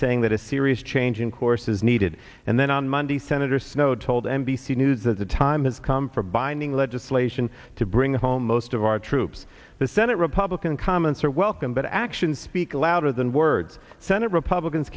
saying that a serious change in course is needed and then on monday senator snowe told n b c news that the time has come for binding legislation to bring home most of our troops the senate republican comments are welcome but actions speak louder than words senate republicans